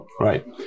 Right